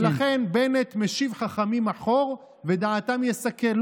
ולכן בנט משיב חכמים אחור ודעתם יסכל.